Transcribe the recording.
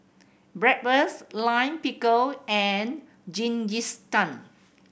Bratwurst Lime Pickle and Jingisukan